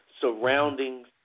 Surroundings